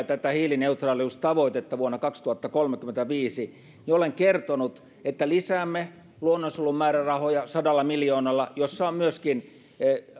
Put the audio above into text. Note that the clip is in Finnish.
tätä hiilineutraaliustavoitetta vuonna kaksituhattakolmekymmentäviisi niin olen kertonut lisäämme luonnonsuojelun määrärahoja sadalla miljoonalla jossa on myöskin